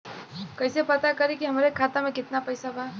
कइसे पता करि कि हमरे खाता मे कितना पैसा बा?